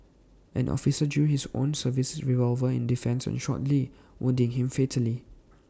an officer drew his own service revolver in defence and shot lee wounding him fatally